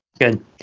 Good